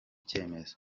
cyemezo